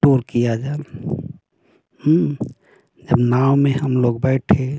tour किया जाए जब नाव में हम लोग बैठे